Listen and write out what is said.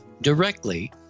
directly